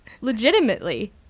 Legitimately